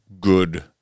good